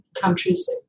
countries